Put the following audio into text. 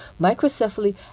microcephaly